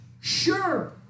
sure